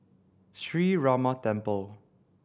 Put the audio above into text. Sree Ramar Temple